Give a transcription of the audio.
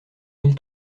mille